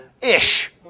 Ish